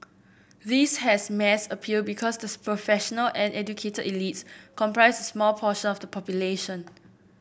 this has mass appeal because the professional and educated elites comprise small portion of the population